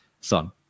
son